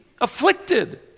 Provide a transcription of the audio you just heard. afflicted